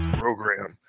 program